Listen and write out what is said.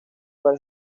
para